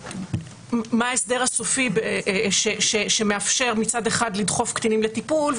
מה ההסדר הסופי שמאפשר מצד אחד לדחוף קטינים לטיפול,